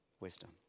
wisdom